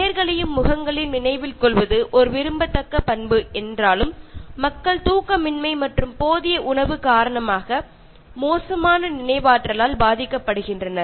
பெயர்களையும் முகங்களையும் நினைவில் கொள்வது ஒரு விரும்பத்தக்க பண்பு என்றாலும் மக்கள் தூக்கமின்மை மற்றும் போதிய உணவு காரணமாக மோசமான நினைவாற்றலால் பாதிக்கப்படுகின்றனர்